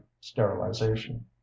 sterilization